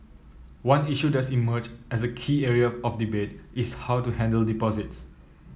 one issue that's emerged as a key area of debate is how to handle deposits